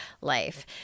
life